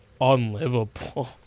unlivable